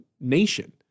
nation